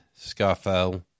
Scarfell